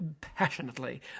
passionately